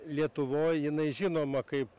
lietuvoj jinai žinoma kaip